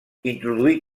introduí